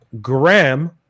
Graham